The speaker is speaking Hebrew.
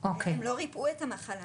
איך יכול להיות שאת סובלת כל כך,